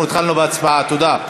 התחלנו בהצבעה, תודה.